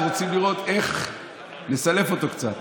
חבר הכנסת חיים ביטון,